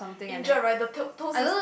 injured right the to~ toes is